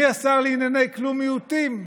אני השר לענייני כלום מיעוטים.